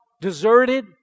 deserted